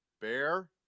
Bear